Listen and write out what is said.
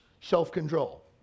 self-control